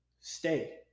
stay